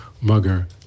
mugger